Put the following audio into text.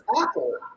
Apple